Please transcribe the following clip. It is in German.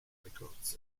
records